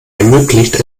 ermöglicht